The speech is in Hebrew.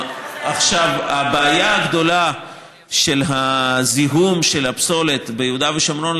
הבעיה הגדולה של הזיהום של הפסולת ביהודה ושומרון,